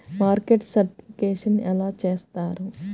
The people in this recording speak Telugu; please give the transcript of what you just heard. మార్కెట్ సర్టిఫికేషన్ ఎలా చేస్తారు?